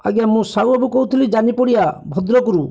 ଆଜ୍ଞା ମୁଁ ସାହୁ ବାବୁ କହୁଥିଲି ଯାନିପଡ଼ିଆ ଭଦ୍ରକରୁ